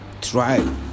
try